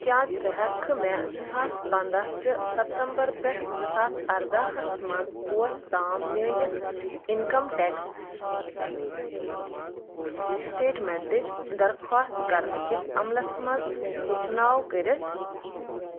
کیٛاہ ژٕ ہؠککھٕ مےٚ زٕ ساس پنٛداہ چہِ ستمبر پؠٹھ زٕ ساس اَرداہَس منز اوس تام میٛٲنِس اِنکم ٹٮ۪کٕس سِٹیٚٹمٮ۪نٹٕچ درخواست کَرنہٕ کِس عملس منٛز ہیٚچھناو کٔرتھ